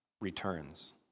returns